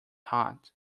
hot